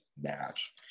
match